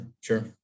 Sure